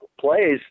plays